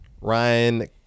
Ryan